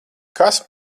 kas